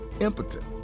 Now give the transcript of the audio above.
impotent